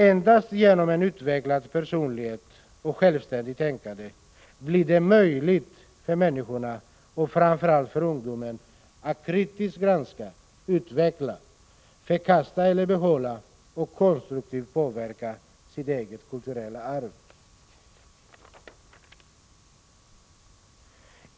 Endast genom en utvecklad personlighet och självständigt tänkande blir det möjligt för människorna och framför allt för ungdomen att kritiskt granska, utveckla, förkasta eller behålla och konstruktivt påverka sitt eget kulturella arv.